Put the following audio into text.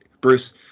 Bruce